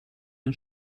den